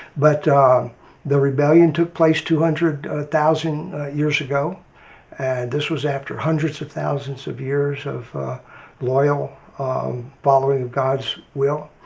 but the rebellion took place two hundred thousand years ago and this was after hundreds of thousands of years of loyal um following of god's will.